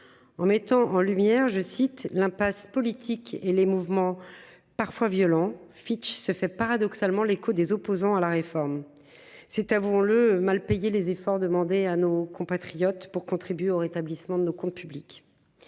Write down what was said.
En mettant en lumière, je cite, l'impasse politique et les mouvements parfois violents Fitch se fait paradoxalement l'écho des opposants à la réforme. C'est avant le mal payé les efforts demandés à nos compatriotes pour contribuer au rétablissement de nos comptes publics.